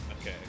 okay